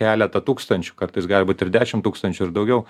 keletą tūkstančių kartais gali būti ir dešimt tūkstančių ir daugiau